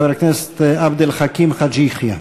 חבר הכנסת עבד אל חכים חאג' יחיא.